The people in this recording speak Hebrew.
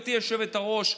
גברתי היושבת-ראש,